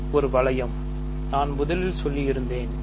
இது ஒரு வளையம் நான் முதலில் சொல்லியிருந்தேன்